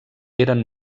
eren